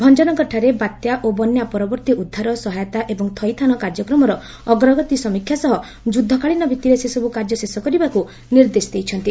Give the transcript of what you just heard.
ଭଞ୍ଞନଗରଠାରେ ବାତ୍ୟା ଓ ବନ୍ୟା ପରବର୍ତୀ ଉଦ୍ଧାର ସହାୟତା ଏବଂ ଥଇଥାନ କାର୍ଯ୍ୟକ୍ରମର ଅଗ୍ରଗତି ସମୀକ୍ଷା ସହ ଯୁଦ୍ଧକାଳୀନ ଭିତ୍ତିରେ ସେ ସବୁ କାର୍ଯ୍ୟ ଶେଷ କରିବାକୁ ନିର୍ଦ୍ଦେଶ ଦେଇଛନ୍ତି